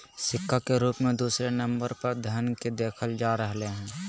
सिक्का के रूप मे दूसरे नम्बर पर धन के देखल जाते रहलय हें